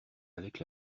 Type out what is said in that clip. avec